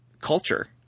culture